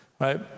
right